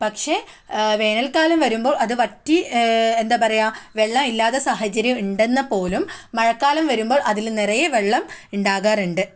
പക്ഷേ വേനൽക്കാലം വരുമ്പോൾ അത് വറ്റി എന്താ പറയാ വെള്ളമില്ലാതെ സാഹചര്യമുണ്ടെന്ന് പോലും മഴക്കാലം വരുമ്പോൾ അതിൽ നിറയെ വെള്ളം ഉണ്ടാകാറുണ്ട്